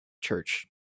church